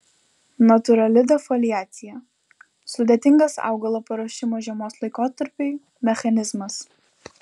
natūrali defoliacija sudėtingas augalo paruošimo žiemos laikotarpiui mechanizmas